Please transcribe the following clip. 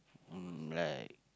mm like